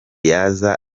yaza